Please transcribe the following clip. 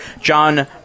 John